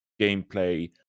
gameplay